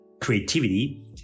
creativity